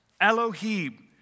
Elohim